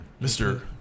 Mr